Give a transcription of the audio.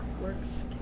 Works